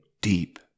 deep